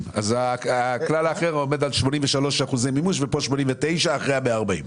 האחר עומד על 83 אחוזי מימוש וכאן על 89 אחרי ה-140.